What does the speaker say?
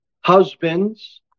husbands